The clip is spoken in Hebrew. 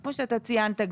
כמו שאתה ציינת,